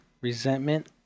resentment